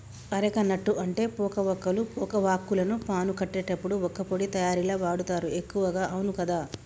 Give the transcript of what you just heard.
areca nut అంటే పోక వక్కలు, పోక వాక్కులను పాను కట్టేటప్పుడు వక్కపొడి తయారీల వాడుతారు ఎక్కువగా అవును కదా